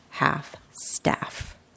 half-staff